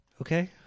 Okay